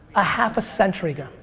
a half a century ago.